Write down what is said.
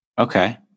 Okay